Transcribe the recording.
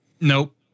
nope